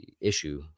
issue